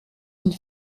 une